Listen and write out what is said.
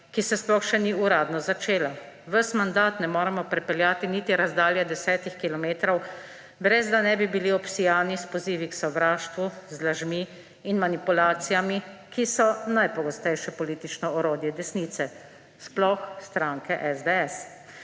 ki se sploh še ni uradno začela, ves mandat ne moremo prepeljati niti razdalje 10 kilometrov, ne da bi bili obsijani s pozivi k sovraštvu, z lažmi in manipulacijami, ki so najpogostejše politično orodje desnice, sploh stranke SDS.